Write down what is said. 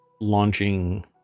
launching